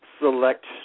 select